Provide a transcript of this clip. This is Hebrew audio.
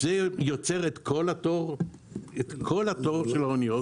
זה יוצר את כל התור של האניות.